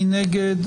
מי נגד?